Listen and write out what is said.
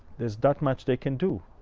there's not much they can do.